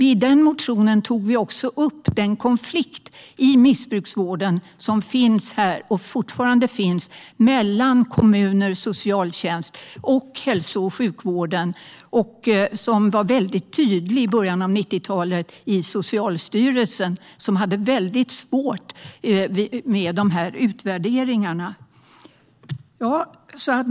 I den motionen tog vi också upp den konflikt i missbruksvården som fanns och som fortfarande finns mellan kommuner, socialtjänst och hälso och sjukvården. Den var väldigt tydlig i början av 90-talet i Socialstyrelsen, som hade väldigt svårt med de här utvärderingarna.